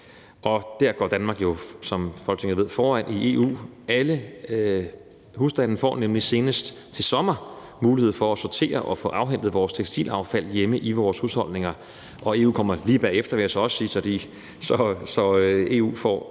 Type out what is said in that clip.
og der går Danmark jo, som Folketinget ved, foran i EU. Alle husstande får nemlig senest til sommer mulighed for at sortere og få afhentet tekstilaffald hjemme i vores husholdninger. Og EU kommer lige bagefter, vil jeg også sige, for EU har